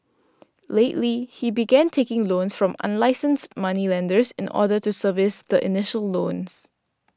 lately he began taking loans from unlicensed moneylenders in order to service the initial loans